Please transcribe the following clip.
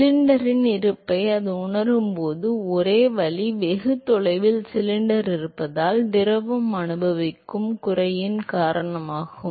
சிலிண்டரின் இருப்பை அது உணரும் ஒரே வழி வெகு தொலைவில் சிலிண்டர் இருப்பதால் திரவம் அனுபவிக்கும் குறைவின் காரணமாகும்